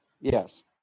yes